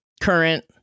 current